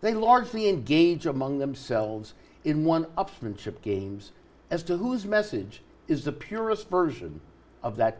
they largely engage among themselves in one upmanship games as to whose message is the purest version of that